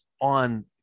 on